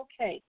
okay